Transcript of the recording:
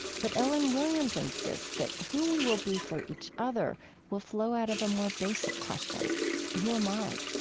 but ellen williams insists that who we will be for each other will flow out of a more basic question who am i?